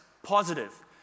Positive